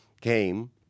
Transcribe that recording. came